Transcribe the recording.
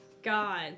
God